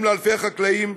לאלפי חקלאים,